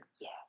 Yes